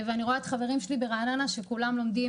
אני רואה חברים שלי ברעננה שכולם לומדים